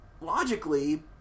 logically